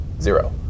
zero